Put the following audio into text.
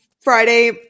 Friday